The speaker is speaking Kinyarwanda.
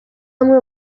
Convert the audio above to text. amwe